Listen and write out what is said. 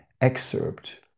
excerpt